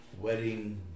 wedding